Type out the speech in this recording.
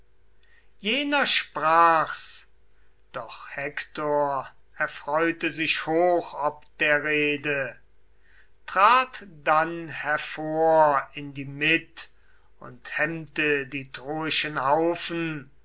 jener sprach's doch hektor erfreute sich hoch ob der rede trat dann hervor in die mitt und hemmte die troischen haufen